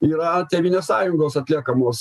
yra tėvynės sąjungos atliekamos